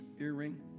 earring